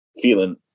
feeling